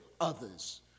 others